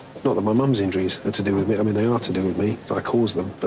not that my mum's injuries are to do with me. i mean they are to do with me, cause i caused them,